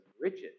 riches